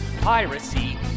piracy